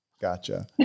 Gotcha